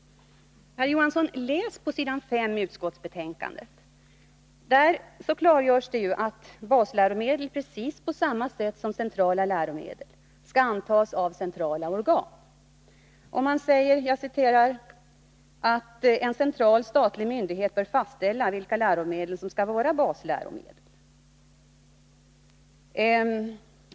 Läs på s. 5 i utskottsbetänkandet, herr Johansson! Där klargörs att basläromedel precis på samma sätt som centrala läromedel skall antas av centrala organ. Det heter i utskottsbetänkandet ”att en central statlig myndighet bör fastställa vilka läromedel som skall vara basläromedel”.